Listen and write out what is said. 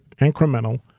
incremental